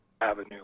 avenue